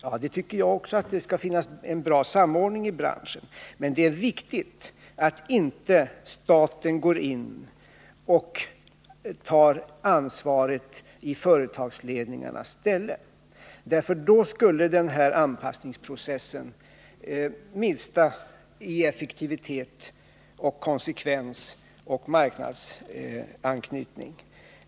Jag tycker också att det skall finnas en bra samordning i branschen, men det är viktigt att staten inte går in och tar ansvaret i företagsledningarnas ställe. Då skulle den här anpassningsprocessen förlora i effektivitet, konsekvens och marknadsanknytning.